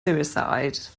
suicide